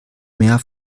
mehr